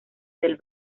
del